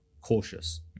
cautious